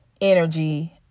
energy